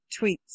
tweets